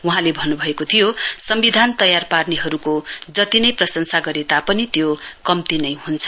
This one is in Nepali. वहाँले भन्नुभएको थियो सम्विधान तयार पार्नेहरूको जत्ति नै प्रशंसा गरे तापनि त्यो कम्ती नै हुन्छ